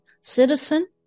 citizen